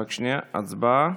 הצבעה.